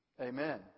amen